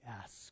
ask